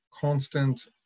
constant